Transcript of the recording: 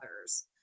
others